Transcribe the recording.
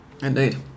Indeed